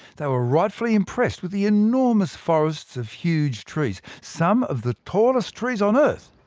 they were rightfully impressed with the enormous forests of huge trees some of the tallest trees on earth.